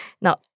Now